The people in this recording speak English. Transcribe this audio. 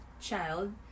child